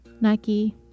Nike